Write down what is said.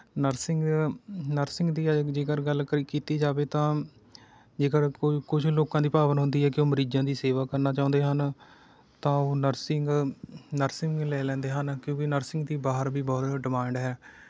nursing nursing ਦੀ ਏ ਜੇਕਰ ਗੱਲ ਕਰੀ ਕੀਤੀ ਜਾਵੇ ਤਾਂ ਜੇਕਰ ਕੁਝ ਕੁਝ ਲੋਕਾਂ ਦੀ ਭਾਵਨਾ ਹੁੰਦੀ ਹੈ ਕਿ ਉਹ ਮਰੀਜ਼ਾਂ ਦੀ ਸੇਵਾ ਕਰਨਾ ਚਾਹੁੰਦੇ ਹਨ ਤਾਂ ਉਹ ਨਰਸਿੰਗ ਨਰਸਿੰਗ ਲੈ ਲੈਂਦੇ ਹਨ ਕਿਉਂਕਿ ਨਰਸਿੰਗ ਦੀ ਬਾਹਰ ਵੀ ਬਹੁਤ ਡਿਮਾਂਡ ਹੈ